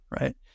right